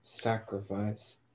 sacrifice